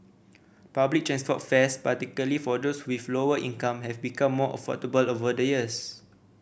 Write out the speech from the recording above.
public transport fares particularly for those with lower income have become more affordable over the years